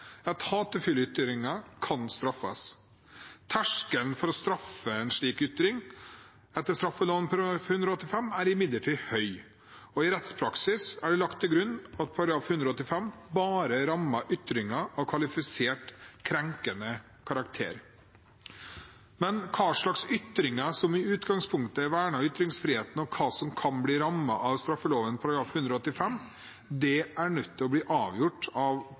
for hatefulle ytringer. Terskelen for å straffe noen for en slik ytring etter straffeloven § 185 er imidlertid høy, og i rettspraksis er det lagt til grunn at § 185 bare rammer ytringer av kvalifisert krenkende karakter. Men hvilke ytringer som i utgangspunktet er vernet av ytringsfriheten, og hva som kan bli rammet av straffeloven § 185, er nødt til å bli avgjort av